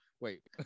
Wait